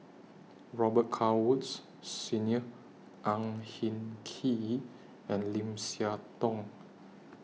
Robet Carr Woods Senior Ang Hin Kee and Lim Siah Tong